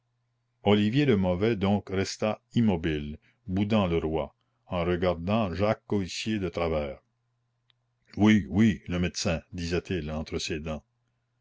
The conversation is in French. olivier le mauvais donc resta immobile boudant le roi en regardant jacques coictier de travers oui oui le médecin disait-il entre ses dents